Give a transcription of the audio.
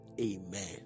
Amen